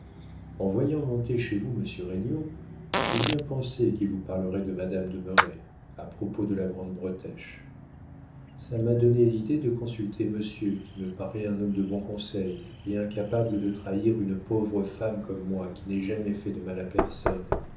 en voyant monter chez vous monsieur regnault j'ai bien pensé qu'il vous parlerait de madame de merret à propos de la grande bretèche ça m'a donné l'idée de consulter monsieur qui me paraît un homme de bon conseil et incapable de trahir une pauvre femme comme moi qui n'ai jamais fait de mal à personne